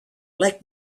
like